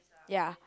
ya